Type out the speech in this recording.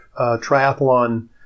triathlon